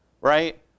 Right